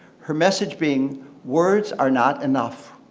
her message being words are not enough.